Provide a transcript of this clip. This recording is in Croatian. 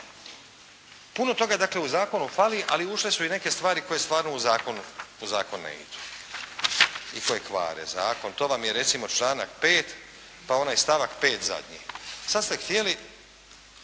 Puno toga dakle u zakonu fali, ali ušle su i neke stvari koje u zakon ne idu i koje kvare zakon. To vam je recimo članak 5. pa onaj stavak 5. zadnji. Sad ste htjeli